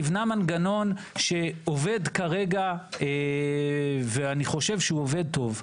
נבנה מנגנון שעובד כרגע ואני חושב שהוא עובד טוב.